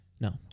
no